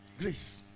Grace